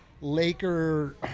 Laker